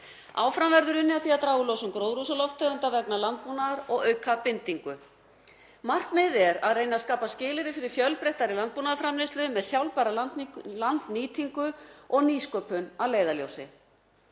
Áfram verður unnið að því að draga úr losun gróðurhúsalofttegunda vegna landbúnaðar og auka bindingu. Markmiðið er að reyna að skapa skilyrði fyrir fjölbreyttari landbúnaðarframleiðslu með sjálfbæra landnýtingu og nýsköpun að leiðarljósi.